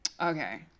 Okay